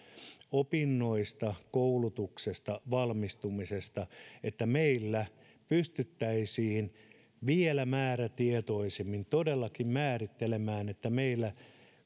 opinnoista koulutuksesta valmistumisesta että meillä pystyttäisiin vielä määrätietoisemmin todellakin määrittelemään niin että meillä